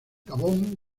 gabón